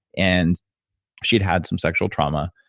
and she had had some sexual trauma,